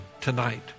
tonight